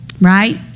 Right